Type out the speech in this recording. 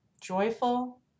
Joyful